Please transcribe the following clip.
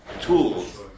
tools